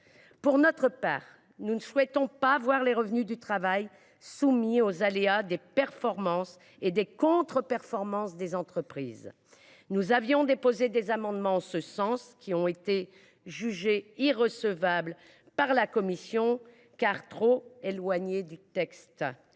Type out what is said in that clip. Pour notre part, nous ne souhaitons pas voir les revenus du travail soumis aux aléas des performances et des contre performances des entreprises. Nous avions déposé des amendements en ce sens ; ils ont été déclarés irrecevables par la commission, car jugés trop éloignés du texte.